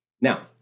Now